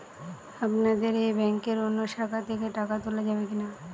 আপনাদের এই ব্যাংকের অন্য শাখা থেকে টাকা তোলা যাবে কি না?